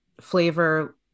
flavor